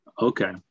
okay